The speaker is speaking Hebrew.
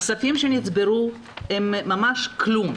הכספים שנצברו הם ממש כלום,